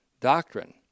Doctrine